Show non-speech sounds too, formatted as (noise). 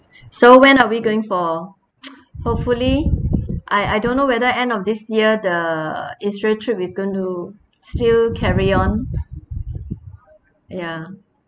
so when are we going for (noise) hopefully I I don't know whether end of this year the israel trip is going to still carry on ya